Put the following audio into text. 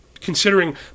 considering